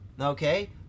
okay